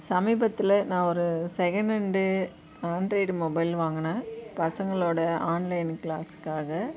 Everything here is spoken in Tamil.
சமீபத்தில் நான் ஒரு செகண்ட் ஹேண்டு ஆன்ட்ராய்டு மொபைல் வாங்கினேன் பசங்களோடய ஆன்லைன் க்ளாஸ்க்காக